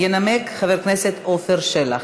ינמק חבר הכנסת עפר שלח.